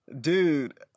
Dude